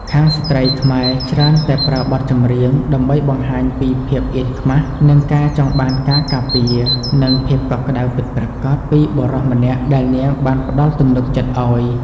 ខាងស្រ្តីខ្មែរច្រើនតែប្រើបទចម្រៀងដើម្បីបង្ហាញពី "ភាពអៀនខ្មាស" និង "ការចង់បានការការពារ និងភាពកក់ក្តៅពិតប្រាកដ" ពីបុរសម្នាក់ដែលនាងបានផ្តល់ទំនុកចិត្តឱ្យ។